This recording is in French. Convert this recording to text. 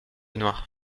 noirs